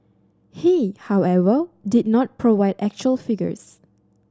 he however did not provide actual figures